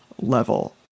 level